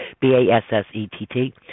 B-A-S-S-E-T-T